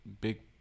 Big